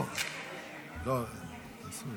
בסדר?